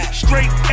straight